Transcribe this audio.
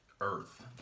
earth